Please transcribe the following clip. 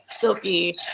silky